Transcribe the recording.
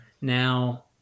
Now